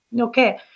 Okay